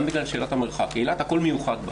גם בגלל שאלת המרחק, כי אילת הכל מיוחד בה.